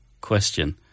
question